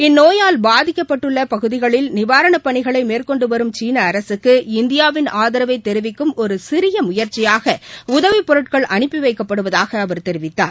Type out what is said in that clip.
இந்நோயால் பாதிக்கப்பட்டுள்ள பகுதிகளில் நிவாரண பணிகளை மேற்கொண்டு வரும் சீள அரசுக்கு இந்தியாவின் ஆதரவை தெரிவிக்கும் ஒரு சிறிய முயற்சியாக உதவிப் பொருட்கள் அனுப்பி வைக்கப்படுவதாக அவர் தெரிவித்தார்